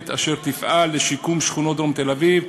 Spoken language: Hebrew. אשר תפעל לשיקום שכונות דרום תל-אביב,